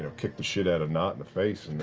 ah kick the shit out of nott in the face,